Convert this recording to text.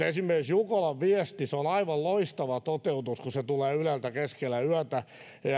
esimerkiksi jukolan viestissä on aivan loistava toteutus kun se tulee yleltä keskellä yötä